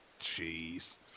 Jeez